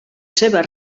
seves